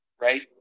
Right